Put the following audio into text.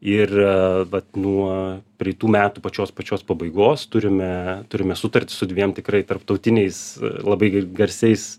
ir vat nuo praeitų metų pačios pačios pabaigos turime turime sutartį su dviem tikrai tarptautiniais labai garsiais